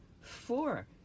four